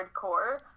hardcore